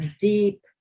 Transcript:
deep